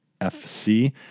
FC